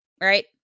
right